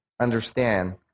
understand